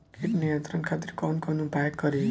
कीट नियंत्रण खातिर कवन कवन उपाय करी?